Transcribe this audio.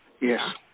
yes